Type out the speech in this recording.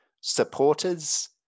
supporters